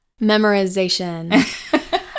Memorization